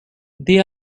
they